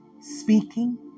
speaking